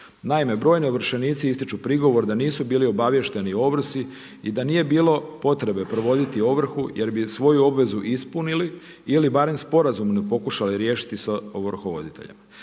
Naime, brojni ovršenici ističu prigovor da nisu bili obavješteni o ovrsi i da nije bilo potrebe provoditi ovrhu jer bi svoju obvezu ispunili ili barem sporazumno pokušali riješiti sa ovrhovoditeljem.